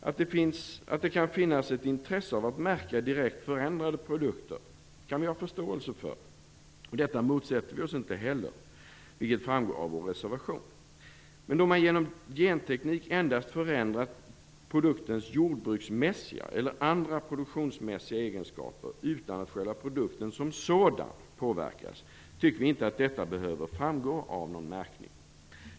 Att det kan finnas ett intresse av att märka direkt förändrade produkter kan vi ha förståelse för. Detta motsätter vi oss inte heller, vilket framgår av vår reservation. Men då man genom genteknik endast förändrat produktens jordbruksmässiga eller andra produktionsmässiga egenskaper utan att själva produkten som sådan påverkats tycker vi inte att detta behöver framgå av någon märkning.